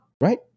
right